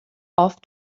off